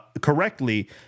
correctly